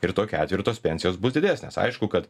ir tokiu atveju ir tos pensijos bus didesnės aišku kad